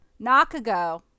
nakago